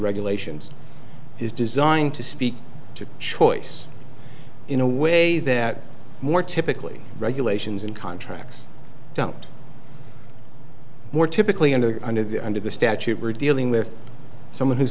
regulations is designed to speak to choice in a way that more typically regulations and contracts don't more typically under under the under the statute we're dealing with someone who's